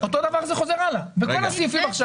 אותו דבר זה חוזר הלאה בכל הסעיפים.